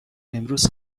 امروز